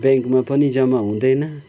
ब्याङ्कमा पनि जम्मा हुँदैन